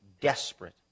desperate